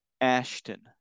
Ashton